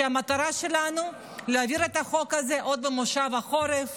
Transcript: והמטרה שלנו להעביר את החוק הזה עוד במושב החורף,